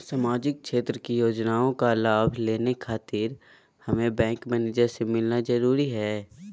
सामाजिक क्षेत्र की योजनाओं का लाभ लेने खातिर हमें बैंक मैनेजर से मिलना जरूरी है?